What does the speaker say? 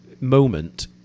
moment